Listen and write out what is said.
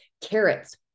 Carrots